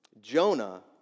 Jonah